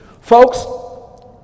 Folks